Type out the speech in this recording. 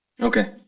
Okay